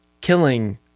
killing